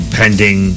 pending